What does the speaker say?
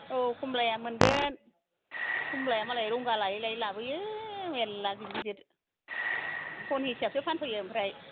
औ खमलाया मोनगोन खमलाया मालाय रंगा लायै लायै लाबोयो मेल्ला गिदिर गिदिर फन हिसाबसो फानफैयो ओमफ्राय